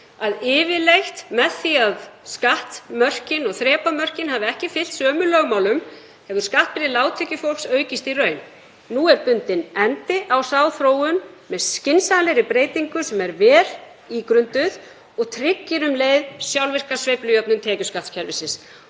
yfirleitt að með því að skattmörkin og þrepamörkin hafa ekki fylgt sömu lögmálum hefur skattbyrði lágtekjufólks aukist í raun. Nú er bundinn endir á þá þróun með skynsamlegri breytingu sem er vel ígrunduð og tryggir um leið sjálfvirka sveiflujöfnun tekjuskattskerfisins.